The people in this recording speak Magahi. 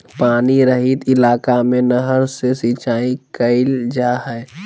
पानी रहित इलाका में नहर से सिंचाई कईल जा हइ